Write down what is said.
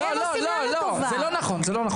זה לא נכון.